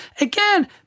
again